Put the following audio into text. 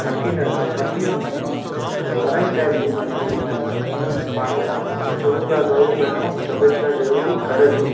मशीनरूं मशीनूं घणेई टाईप जी मशीनूं आहिनि पाणि शुरू था करूं पहिरियों सभिनी खां घर जो